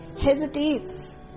hesitates